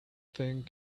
thing